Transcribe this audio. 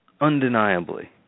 undeniably